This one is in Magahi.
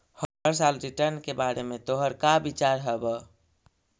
हर साल रिटर्न के बारे में तोहर का विचार हवऽ?